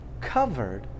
covered